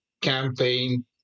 campaign